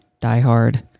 diehard